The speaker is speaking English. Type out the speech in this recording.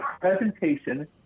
presentation